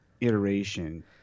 iteration